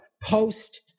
Post